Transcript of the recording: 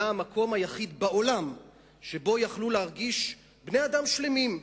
המקום היחיד בעולם שבו יכלו להרגיש בני-אדם שלמים,